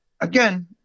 again